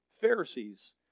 Pharisees